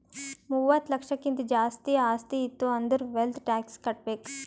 ಮೂವತ್ತ ಲಕ್ಷಕ್ಕಿಂತ್ ಜಾಸ್ತಿ ಆಸ್ತಿ ಇತ್ತು ಅಂದುರ್ ವೆಲ್ತ್ ಟ್ಯಾಕ್ಸ್ ಕಟ್ಬೇಕ್